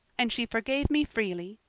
and she forgave me freely.